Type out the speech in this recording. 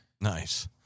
Nice